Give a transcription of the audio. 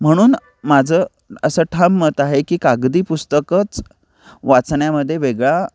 म्हणून माझं असं ठाम मत आहे की कागदी पुस्तकच वाचण्यामध्ये वेगळा